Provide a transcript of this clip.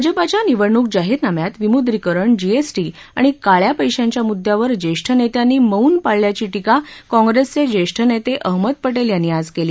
भाजपाच्या निवडणूक जाहीरनाम्यात विमुद्रीकरण जीएसटी आणि काळ्या पैशांच्या मुद्यावर ज्येष्ठ नेत्यांनी मौन पाळल्याची टीका काँप्रेसचे ज्येष्ठ नेते अहमद पटेल यांनी आज केली